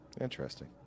interesting